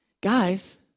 guys